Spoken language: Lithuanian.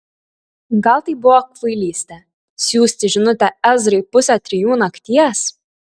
gal tai buvo kvailystė siųsti žinutę ezrai pusę trijų nakties